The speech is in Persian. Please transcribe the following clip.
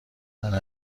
منم